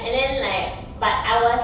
and then like but I was